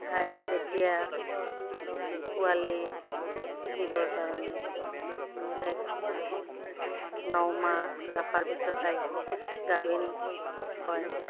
তাই যেতিয়া পোৱালি দিবৰ কাৰণে মানে তাইক ন মাহ ৰখাৰ পিছত তাই গাভিন হয়